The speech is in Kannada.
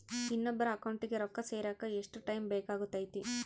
ಇನ್ನೊಬ್ಬರ ಅಕೌಂಟಿಗೆ ರೊಕ್ಕ ಸೇರಕ ಎಷ್ಟು ಟೈಮ್ ಬೇಕಾಗುತೈತಿ?